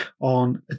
on